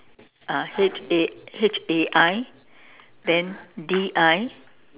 ah H A H A I then D I